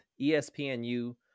espnu